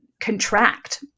contract